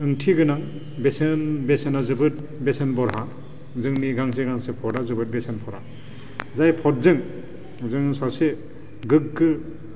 ओंथि गोनां बेसेना जोबोद बेसेन बरहा जोंनि गांसे गांसे भटा जोबोद बेसेन बरहा जाय भटजों जों सासे गोग्गो